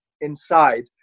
inside